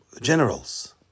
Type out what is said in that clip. generals